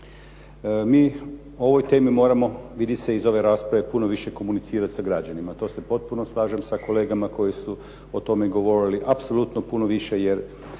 Mi o ovoj temi moramo vidi se iz ove rasprave puno više komunicirati sa građanima. To se potpuno slažem sa kolegama koji su o tome govorili, apsolutno puno više jer